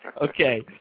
Okay